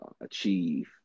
achieve